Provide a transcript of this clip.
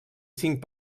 cinc